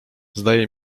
zdaje